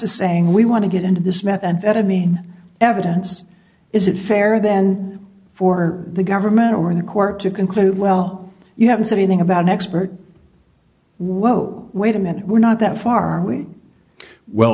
is saying we want to get into this methamphetamine evidence is it fair then for the government or the court to conclude well you haven't said anything about an expert whoa wait a minute we're not that far away well